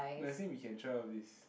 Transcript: no I say we can try all of these